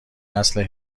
نسل